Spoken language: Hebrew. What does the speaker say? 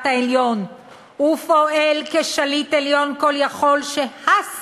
העליון ופועל כשליט עליון כול יכול שהס